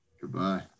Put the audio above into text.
Goodbye